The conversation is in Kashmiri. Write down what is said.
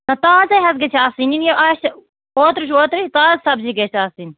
آ تازَے حظ گژھِ آسٕنۍ یہِ نہٕ یہِ آسہِ اوترٕچ ووترٕچ تازٕ سبزی گژھِ آسٕنۍ